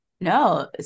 no